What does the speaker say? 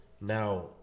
now